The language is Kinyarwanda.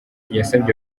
yasabye